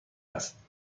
است